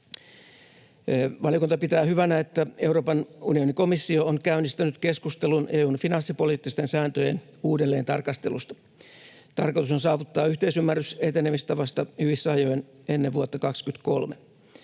Valiokunta pitää hyvänä, että Euroopan unionin komissio on käynnistänyt keskustelun EU:n finanssipoliittisten sääntöjen uudelleentarkastelusta. Tarkoitus on saavuttaa yhteisymmärrys etenemistavasta hyvissä ajoin ennen vuotta 23.